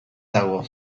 dago